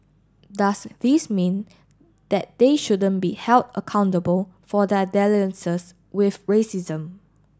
does this mean that they shouldn't be held accountable for their dalliances with racism